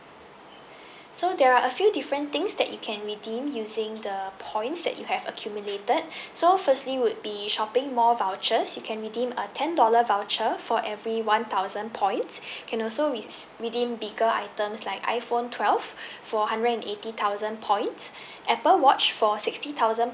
so there are a few different things that you can redeem using the points that you have accumulated so firstly would be shopping more vouchers you can redeem a ten dollar voucher for every one thousand points can also rec~ redeem bigger items like iphone twelve for hundred and eighty thousand points apple watch for sixty thousand